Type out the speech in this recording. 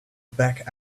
back